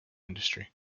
industry